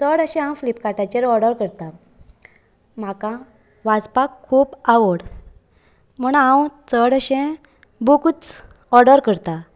चड अशें हांव फ्लिपकार्टाचेर ऑर्डर करतां म्हाका वाचपाक खूब आवड म्हण हांव चडशे बुकूच ऑर्डर करतां